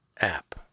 app